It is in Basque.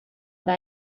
eta